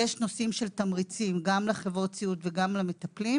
יש נושאים של תמריצים גם לחברות סיעוד וגם למטפלים.